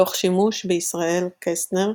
תוך שימוש בישראל קסטנר,